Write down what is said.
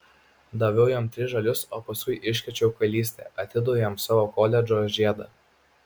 daviau jam tris žalius o paskiau iškrėčiau kvailystę atidaviau jam savo koledžo žiedą